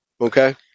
Okay